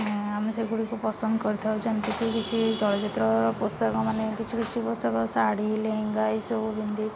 ଆମେ ସେଗୁଡ଼ିକୁ ପସନ୍ଦ କରିଥାଉ ଯେମିତିକି କିଛି ଚଳଚ୍ଚିତ୍ର ପୋଷାକ ମାନେ କିଛି କିଛି ପୋଷାକ ଶାଢ଼ୀ ଲେହେଙ୍ଗା ଏସବୁ ପିନ୍ଧି